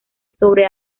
sobre